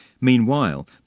Meanwhile